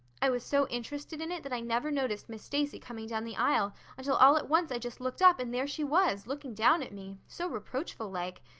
i was so interested in it that i never noticed miss stacy coming down the aisle until all at once i just looked up and there she was looking down at me, so reproachful-like.